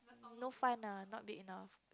no fun ah not big enough